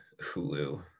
Hulu